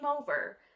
over